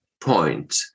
point